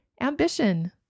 ambition